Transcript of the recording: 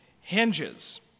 hinges